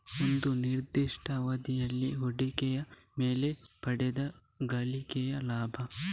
ಒಂದು ನಿರ್ದಿಷ್ಟ ಅವಧಿಯಲ್ಲಿ ಹೂಡಿಕೆಯ ಮೇಲೆ ಪಡೆದ ಗಳಿಕೆ ಲಾಭ